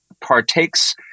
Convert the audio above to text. partakes